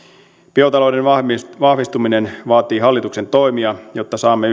biotalouden vahvistuminen vaatii hallituksen toimia jotta saamme